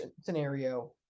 scenario